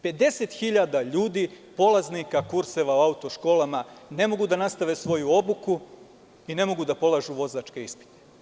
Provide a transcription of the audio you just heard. Pedeset hiljada ljudi, polaznika, kurseva, u auto školama ne mogu da nastave svoju obuku i ne mogu da polažu vozačke ispite.